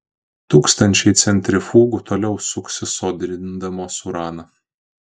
tūkstančiai centrifugų toliau suksis sodrindamos uraną